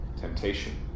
temptation